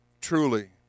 truly